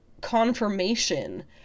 confirmation